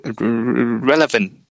relevant